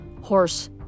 horse